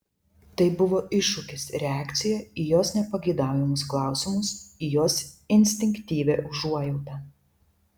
tai buvo iššūkis reakcija į jos nepageidaujamus klausimus į jos instinktyvią užuojautą